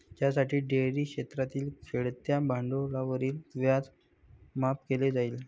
ज्यासाठी डेअरी क्षेत्रातील खेळत्या भांडवलावरील व्याज माफ केले जाईल